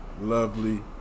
Lovely